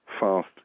fast